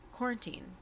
quarantine